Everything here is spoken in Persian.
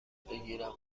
بگیرم